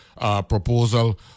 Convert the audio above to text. proposal